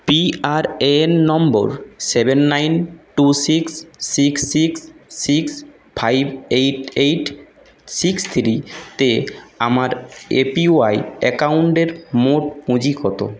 PRAN number seven nine two six six six five eight eight six three তে আমার APY অ্যাকাউন্টের মোট পুঁজি কত